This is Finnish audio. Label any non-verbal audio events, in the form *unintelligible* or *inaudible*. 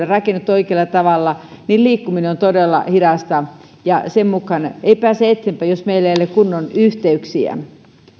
*unintelligible* rakennettu oikealla tavalla niin liikkuminen on todella hidasta ja sen mukaan ei pääse eteenpäin jos meillä ei ole kunnon yhteyksiä